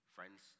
Friends